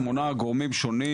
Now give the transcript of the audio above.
שמונה גורמים שונים,